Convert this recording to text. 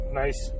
nice